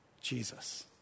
Jesus